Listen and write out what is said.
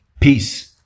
Peace